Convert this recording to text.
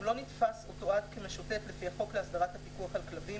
הוא לא נתפס או תועד כמשוטט לפי החוק להסדרת הפיקוח על כלבים,